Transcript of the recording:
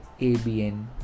ABN